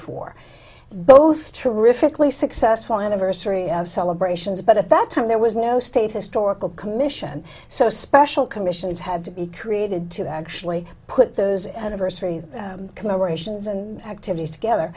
four both terrifically success well anniversary of celebrations but at that time there was no state historical commission so special commissions had to be created to actually put those anniversary commemorations and activities together